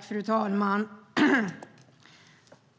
Fru talman!